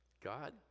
God